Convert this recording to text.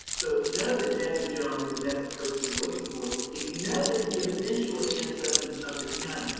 so if you know that jessie jones, if that's the person you're looking for, if you know that he eventually ends up in sumpter county,